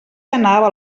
anava